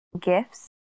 gifts